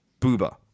booba